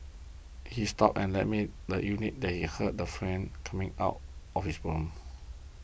he stopped and left me the unit that he heard the friend coming out of his room